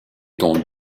dont